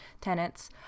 tenets